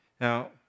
Now